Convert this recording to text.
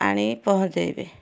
ଆଣି ପହଞ୍ଚେଇବେ